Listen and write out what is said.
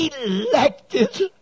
elected